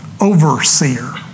overseer